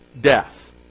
death